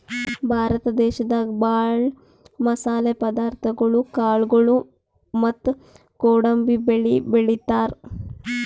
ಭಾರತ ದೇಶದಾಗ ಭಾಳ್ ಮಸಾಲೆ ಪದಾರ್ಥಗೊಳು ಕಾಳ್ಗೋಳು ಮತ್ತ್ ಗೋಡಂಬಿ ಬೆಳಿ ಬೆಳಿತಾರ್